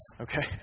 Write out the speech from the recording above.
okay